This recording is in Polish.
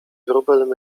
wróbel